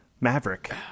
Maverick